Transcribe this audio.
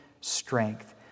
strength